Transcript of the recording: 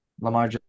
Lamar